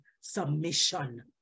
submission